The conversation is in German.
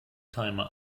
timer